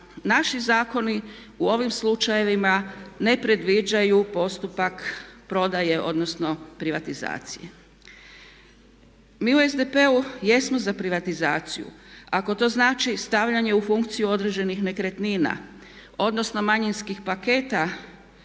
naši zakoni u ovim slučajevima ne predviđaju postupak prodaje odnosno privatizacije. Mi u SDP-u jesmo za privatizaciju ako to znači stavljanje u funkciju određenih nekretnina odnosno manjinskih paketa